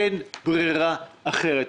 אין ברירה אחרת.